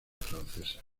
francesa